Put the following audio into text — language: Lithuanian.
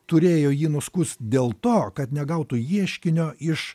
turėjo jį nuskust dėl to kad negautų ieškinio iš